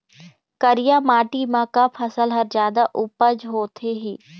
करिया माटी म का फसल हर जादा उपज होथे ही?